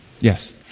Yes